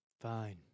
Fine